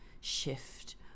shift